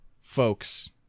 folks